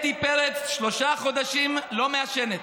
אתי פרץ, שלושה חודשים לא מעשנת,